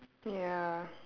ya